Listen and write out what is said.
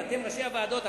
ראשי הוועדות,